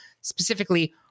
specifically